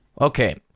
okay